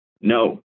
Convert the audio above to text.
No